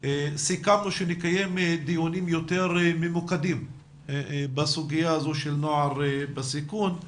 סיכמנו שנקיים דיונים יותר ממוקדים בסוגיה הזו של נוער בסיכון.